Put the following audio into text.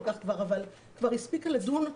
כבר הספיקה לדון,